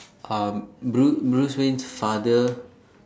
um Bru~ Bruce Wayne's father